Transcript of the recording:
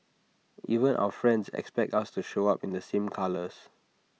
even our friends expect us to show up in the same colours